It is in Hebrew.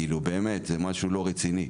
כאילו, באמת, זה משהו לא רציני.